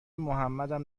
محمدم